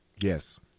Yes